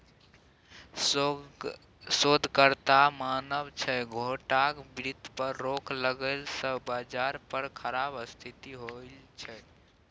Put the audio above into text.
शोधकर्ताक मानब छै छोटका बित्त पर रोक लगेला सँ बजार पर खराब स्थिति होइ छै